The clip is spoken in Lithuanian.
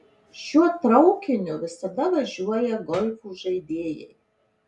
šiuo traukiniu visada važiuoja golfo žaidėjai